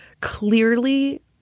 clearly